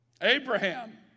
Abraham